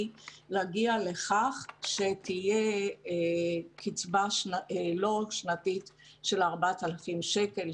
היא להגיע לכך שתהיה קצבה לא של 4,000 שקל,